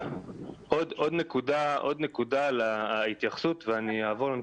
נקודה נוספת.